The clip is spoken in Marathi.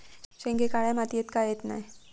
शेंगे काळ्या मातीयेत का येत नाय?